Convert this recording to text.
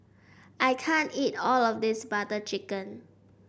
I can't eat all of this Butter Chicken